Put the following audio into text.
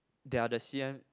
they are the C_N